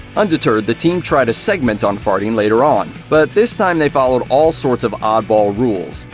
undeterred, the team tried a segment on farting later on, but this time they followed all sorts of oddball rules,